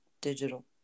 digital